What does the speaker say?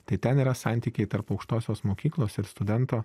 tai ten yra santykiai tarp aukštosios mokyklos ir studento